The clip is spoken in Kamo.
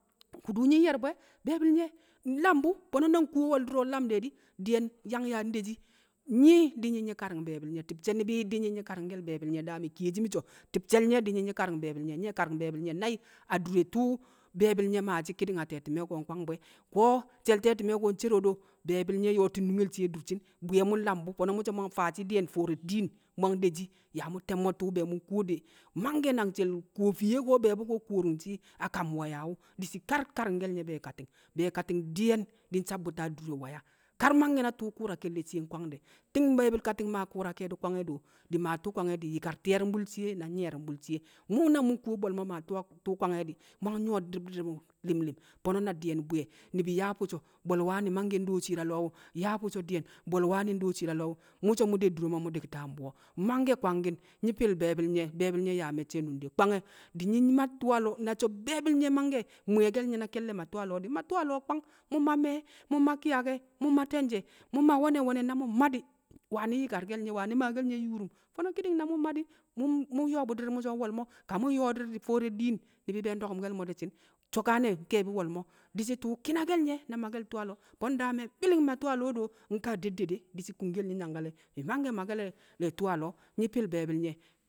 Ko̱du̱ nyi̱ nye̱r bu̱ e̱, be̱e̱bi̱l nye̱ nlam bṵ, fo̱no̱ na nkuwo we̱l du̱ro̱ nlam de̱ di̱ di̱ye̱n nyang yaa ndeshi. Nyi̱ di̱ nyi̱ nyi̱ kari̱ng be̱e̱bi̱l nye̱. ti̱bsɦe̱ ni̱bi̱ daa mi̱ kiyeshi mi̱ so̱, ti̱bshe̱l nye̱ di̱ nyi̱ nyi̱ kari̱ng be̱e̱bi̱l nye̱, nye̱ kari̱ng be̱e̱bi̱l nye̱ nai̱. Adure tu̱u̱ be̱e̱bi̱l nye̱ maashi̱ ki̱ni̱ng a te̱ti̱me̱ ko̱ nkwang bu̱ e̱. Ko̱ she̱l te̱ti̱me̱ ko̱ ncero do, be̱e̱bi̱l nye̱ nyo̱o̱tɪn nunge adurshin. Mu̱ nlam bu̱ fo̱no̱ mu̱ sso̱ mu̱ yang faashi̱ fo̱o̱re̱ diin. Mu̱ yang deshi yaa mu̱ te̱mmo̱ tu̱u̱ yaa mu̱ nkuwo de, mangkẹ nang she̱l kuwo fiye ko̱ be̱e̱bu̱ ko̱ kuworungshi a kam waya wu̱, di̱shi̱ kar kari̱ngke̱l nƴe̱ be̱e̱kati̱ng. Be̱e̱kati̱ng di̱ye̱n di̱ nsabbu̱ti̱ adure waya, kar mangkẹ na tu̱u̱ ku̱u̱ra ke̱lle̱ shiye nkwang de̱. Ti̱ng be̱e̱kati̱ng maa ku̱u̱ra ke̱e̱di̱ kwange̱ do, di̱ maa tu̱u̱ kwange̱ do, di̱ yi̱kar ti̱ye̱ru̱mbu̱l shiye na nyi̱ƴe̱ru̱mbu̱l shiye. Mu̱ na mu̱ nkuwo bo̱l mo̱ maa tu̱u̱ a maa tu̱u̱ kwange̱ di̱, mu̱ a nyu̱wo̱ le̱bdi̱r re̱ mo̱ li̱m li̱m. Fo̱no̱ na di̱ƴe̱n bwi̱ye̱ ni̱bɨɪ yaa fu̱ so̱ bwe̱le̱ wani̱ mangke̱ ndo shi̱i̱r a lo̱o̱ wu̱, yaa fu̱ so̱ di̱ye̱n, bwe̱le̱ wani̱ ndo shi̱i̱r a lo̱o̱ wu̱, mu̱ so̱ mu̱ de dure mo̱ mu̱ di̱kta mbu̱wo̱. Mangke̱ kwangki̱n, nyi̱ fi̱l be̱e̱bi̱l nye̱, be̱e̱bi̱l nye̱ yaa me̱cce̱ a nunde kwange̱, di̱ nyi̱ ma tu̱u̱ a lo̱o̱, na so̱ be̱e̱bi̱l nye̱ mangke̱ mwi̱ye̱ke̱l nye̱ na ke̱llẹ ma tu̱u̱ a lo̱o̱ di̱, ma tu̱u̱ a lo̱o̱ kwang. Mu̱ ma me̱e̱, mu̱ ma ki̱yake̱, mu̱ ma te̱nje̱, mu̱ ma we̱ne̱ we̱ne̱, na mu̱ mma di̱, wani̱ yi̱karke̱l nye̱, wani̱ maake̱l nye̱ yuurum. Fo̱no̱ ki̱ni̱ng na mu̱ mma di̱, mu̱ mu̱ nyo̱o̱ bu̱ di̱r mu̱ so̱ nwo̱l mo̱, ka mu̱ nyo̱o̱ di̱r di̱ fo̱o̱re̱ diin ni̱bi̱ be̱ ndo̱ku̱mke̱l mo̱, di̱shi̱n so̱kane̱ nke̱e̱bi̱ wo̱lmo̱. Di̱shi̱ tu̱u̱ ki̱nake̱l nye̱ na ma tu̱u̱ a lo̱o̱. Fo̱n daa me̱ bi̱li̱n ma tu̱u̱ a lo̱o̱ do nkaa deddede, di̱shi̱ kungkel nye̱ nyangkale̱, mi̱ mangke̱ make̱le̱-le̱ tu̱u̱ a lo̱o̱, nyi̱ fi̱l be̱e̱bi̱l nye̱